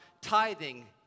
tithing